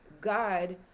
God